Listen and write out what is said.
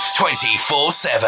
24-7